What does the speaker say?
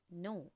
No